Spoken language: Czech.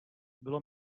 bylo